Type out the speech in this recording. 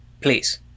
Please